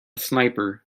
sniper